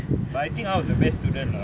but I think I was the best students lah